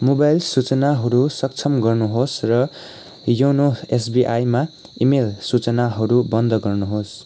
mobile सूचनाहरू सक्षम गर्नुहोस् र योनो एसबिआईमा इमेल सूचनाहरू बन्द गर्नुहोस्